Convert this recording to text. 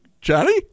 Johnny